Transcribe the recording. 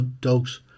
dogs